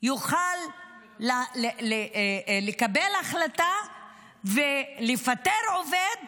יוכל לקבל החלטה ולפטר עובד